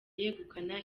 yegukana